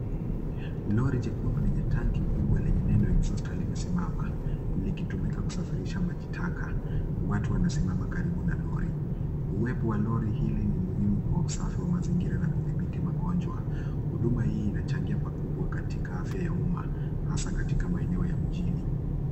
Lori jekundu lenye tanki kubwa lenye neno exhauster limesimama likitumika kusafirisha maji taka. Watu wanasimama karibu na lori, uwepo wa lori hili ni muhimu kwa usafi wa mazingira na kudhibiti magonjwa. Huduma hii inachangia pakubwa katika afya ya umma hasa katika maeneo ya mjini.